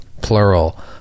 plural